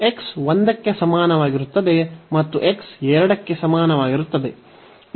x 1 ಕ್ಕೆ ಸಮಾನವಾಗಿರುತ್ತದೆ ಮತ್ತು x 2 ಕ್ಕೆ ಸಮಾನವಾಗಿರುತ್ತದೆ